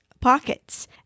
pockets